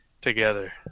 together